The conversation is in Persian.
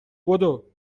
بدو